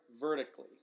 Vertically